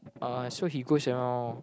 uh so he goes around